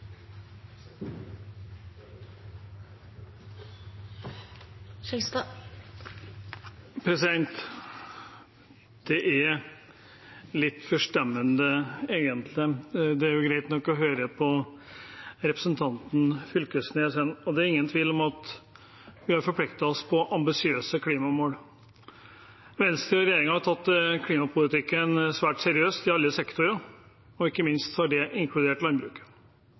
greit nok å høre på representanten Fylkesnes, og det er ingen tvil om at vi har forpliktet oss på ambisiøse klimamål. Venstre og regjeringen har tatt klimapolitikken svært seriøst i alle sektorer, ikke minst inkludert landbruket. Ja, det er riktig at dette har gitt noen utfordringer i landbruket,